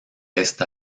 esta